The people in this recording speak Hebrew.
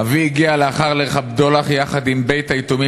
אבי הגיע לאחר "ליל הבדולח" יחד עם בית-היתומים